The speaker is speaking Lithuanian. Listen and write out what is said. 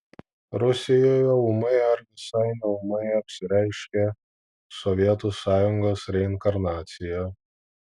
rusijoje ūmai ar visai neūmai apsireiškė sovietų sąjungos reinkarnacija